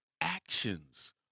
actions